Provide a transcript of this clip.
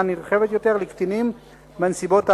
נרחבת יותר לקטינים מהנסיבות האמורות.